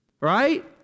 right